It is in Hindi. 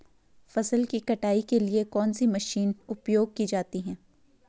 फसल की कटाई के लिए कौन सी मशीन उपयोग की जाती है?